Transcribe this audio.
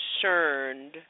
concerned